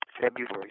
February